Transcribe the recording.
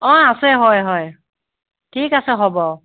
অঁ আছে হয় হয় ঠিক আছে হ'ব